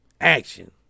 action